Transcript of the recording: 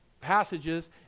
passages